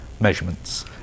measurements